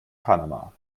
panama